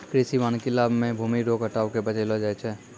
कृषि वानिकी लाभ मे भूमी रो कटाव के बचैलो जाय छै